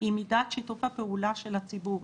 היא מידת שיתוף הפעולה של הציבור.